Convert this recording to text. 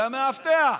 זה המאבטח,